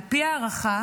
על פי ההערכה,